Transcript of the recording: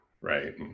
right